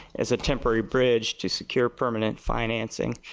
as temporary bridge to secure permanent financing.